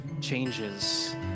changes